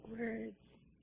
words